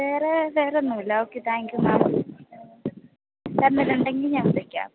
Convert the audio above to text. വേറെ വേറെ ഒന്നുമില്ല ഓക്കെ താങ്ക് യു മാം വേറെ എന്തെങ്കിലും ഉണ്ടെങ്കിൽ ഞാൻ വിളിക്കാം